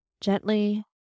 gently